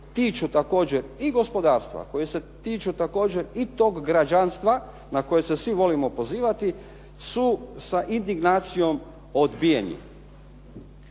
koji se tiču također i gospodarstva, koje se tiču također i tog građanstva na koje se svi volimo pozivati, su sa indignacijom odbijeni.